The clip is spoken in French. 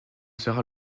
sera